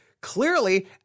Clearly